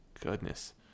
Goodness